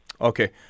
Okay